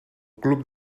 club